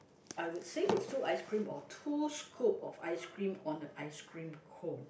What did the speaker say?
I would say is two ice cream or two scope of ice cream on a ice cream cone